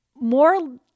more